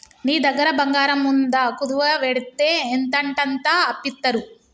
నీ దగ్గర బంగారముందా, కుదువవెడ్తే ఎంతంటంత అప్పిత్తరు